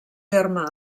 terme